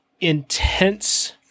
intense